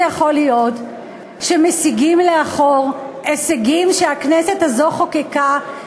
יכול להיות שמסיגים לאחור הישגים שהכנסת הזאת חוקקה?